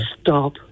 stop